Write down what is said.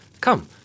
Come